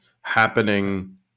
happening